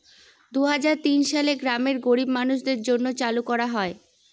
দুই হাজার তিন সালে গ্রামের গরীব মানুষদের জন্য চালু করা হয়